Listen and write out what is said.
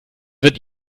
wird